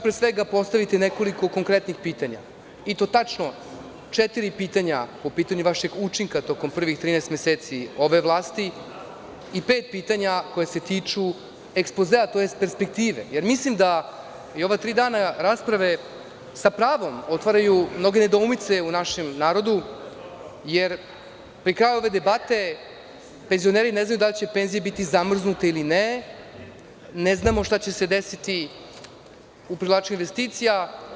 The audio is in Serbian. Pre svega ću postaviti nekoliko konkretnih pitanja i to tačno četiri pitanja po pitanju vašeg učinka tokom prvih 13 meseci ove vlasti i pet pitanja koja se tiču ekspozea, tj. perspektive, jer mislim da ova tri dana rasprave sa pravom otvaraju mnoge nedoumice u našem narodu, jer pri kraju ove debate penzioneri ne znaju da li će penzije biti zamrznute ili ne, ne znamo šta će se desiti u privlačenju investicija.